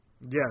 Yes